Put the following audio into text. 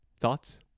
Thoughts